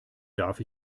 darf